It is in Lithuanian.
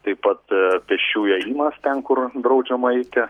taip pat pėsčiųjų ėjimas ten kur draudžiama eiti